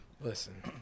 Listen